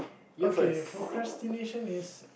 okay procrastination is